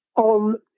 on